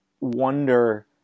wonder